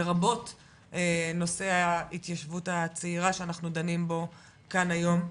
לרבות נושא ההתיישבות הצעירה שאנחנו דנים בו כאן היום.